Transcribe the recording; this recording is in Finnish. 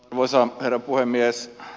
arvoisa herra puhemies